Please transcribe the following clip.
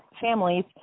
families